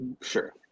Sure